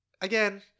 again